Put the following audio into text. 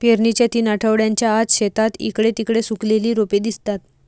पेरणीच्या तीन आठवड्यांच्या आत, शेतात इकडे तिकडे सुकलेली रोपे दिसतात